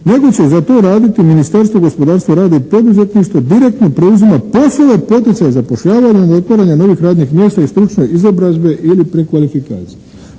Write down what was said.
nego će za to raditi Ministarstvo gospodarstvo, rada i poduzetništva direktno preuzima poslove poticaja zapošljavanja i otvaranja novih radnih mjesta i stručne izobrazbe ili prekvalifikacije.